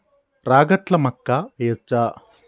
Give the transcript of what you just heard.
రాగట్ల మక్కా వెయ్యచ్చా?